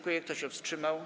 Kto się wstrzymał?